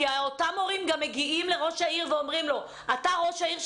כי אותם הורים מגיעים לראש העיר ואומרים לו: אתה ראש העיר שלנו?